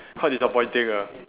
quite disappointing ah